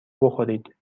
بخورید